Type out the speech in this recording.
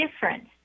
different